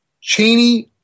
Cheney